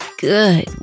good